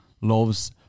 loves